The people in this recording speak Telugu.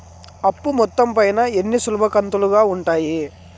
అప్పు మొత్తం పైన ఎన్ని సులభ కంతులుగా ఉంటాయి?